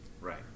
Right